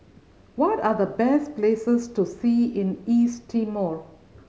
what are the best places to see in East Timor